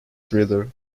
thriller